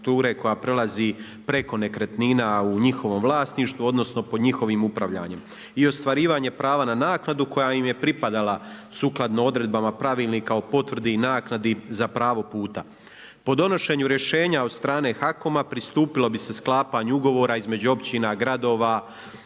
koja prelazi preko nekretnina a u njihovom vlasništvu, odnosno pod njihovim upravljanjem. I ostvarivanje prava na naknadu koja im je pripadala sukladno odredbama Pravilnika o potvrdi i naknadi za pravo puta. Po donošenju rješenja od strane HAKOM-a, pristupilo bi se sklapanju ugovora između općina, gradova